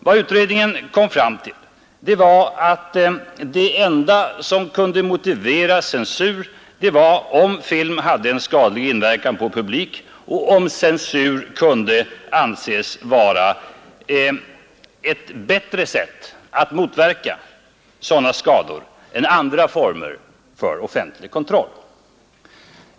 Vad utredningen kom fram till var att censur kunde motiveras om film hade en skadlig inverkan på publiken och om censur kunde anses vara ett bättre sätt att motverka sådana skador än andra former för offentlig kontroll.